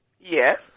Yes